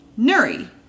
Nuri